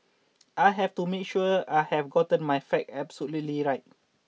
I have to make sure I have gotten my fact absolutely right